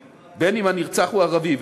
בין שהנרצח הוא יהודי ובין שהנרצח הוא ערבי.